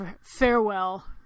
farewell